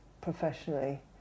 professionally